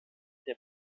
der